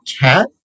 cat